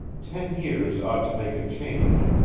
ten years ought to make a change,